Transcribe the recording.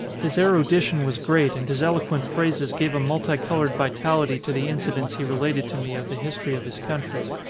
his erudition was great and his eloquent phrases gave a multi coloured vitality to the incidents he related to me of the history of his country.